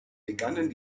begannen